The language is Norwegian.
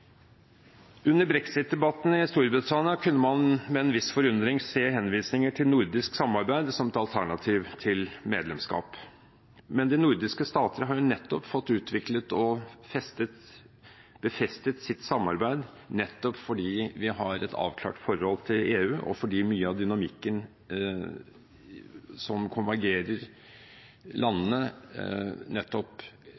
Under brexit-debatten i Storbritannia kunne man med en viss forundring se henvisninger til nordisk samarbeid som et alternativ til medlemskap. Men de nordiske stater har jo nettopp fått utviklet og befestet sitt samarbeid, fordi vi har et avklart forhold til EU, og fordi mye av dynamikken som gjør at landene konvergerer,